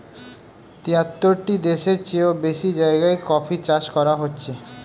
তিয়াত্তরটি দেশের চেও বেশি জায়গায় কফি চাষ করা হচ্ছে